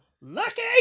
lucky